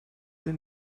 der